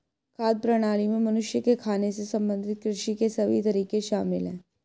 खाद्य प्रणाली में मनुष्य के खाने से संबंधित कृषि के सभी तरीके शामिल है